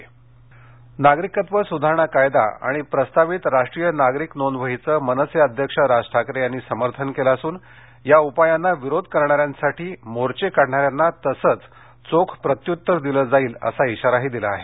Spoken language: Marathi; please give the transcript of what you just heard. मनसे नागरिकत्व सुधारणा कायदा आणि प्रस्तावित राष्ट्रीय नागरिक नोंदवहीचं मनसे अध्यक्ष राज ठाकरे यांनी समर्थन केलं असून या उपायांना विरोध करणाऱ्यासाठी मोर्चे काढणाऱ्यांना तसंच चोख प्रत्युत्तर दिलं जाईल असा इशाराही दिला आहे